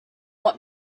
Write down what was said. what